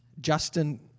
Justin